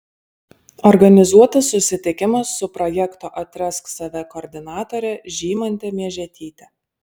organizuotas susitikimas su projekto atrask save koordinatore žymante miežetyte